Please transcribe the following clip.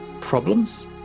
Problems